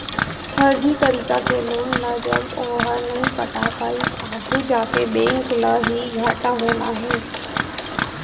फरजी तरीका के लोन ल जब ओहा नइ पटा पाइस आघू जाके बेंक ल ही घाटा होना हे